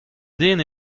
din